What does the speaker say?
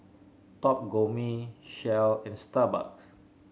Top Gourmet Shell and Starbucks